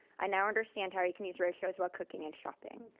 i now understand how you can use ratios while cooking and shopping.